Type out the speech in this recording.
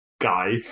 Guy